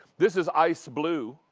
this is ice blue,